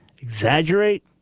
Exaggerate